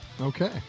Okay